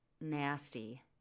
nasty